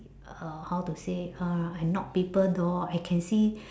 uh how to say uh I knock people door I can see